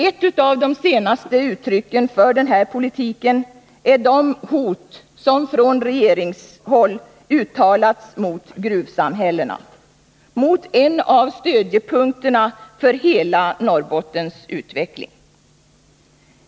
Ett av de senaste uttrycken för den här politiken är de hot som på regeringshåll uttalats mot gruvsamhällena, mot en av stödjepunkterna för hela Norrbottens utveckling.